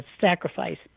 sacrifice